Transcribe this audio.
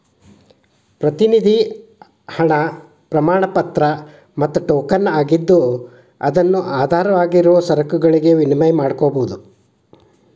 ಪ್ರತಿನಿಧಿ ಹಣ ಪ್ರಮಾಣಪತ್ರ ಮತ್ತ ಟೋಕನ್ ಆಗಿದ್ದು ಅದನ್ನು ಆಧಾರವಾಗಿರುವ ಸರಕುಗಳಿಗೆ ವಿನಿಮಯ ಮಾಡಕೋಬೋದು